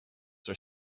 were